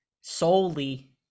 solely